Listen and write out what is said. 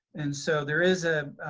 and so there is a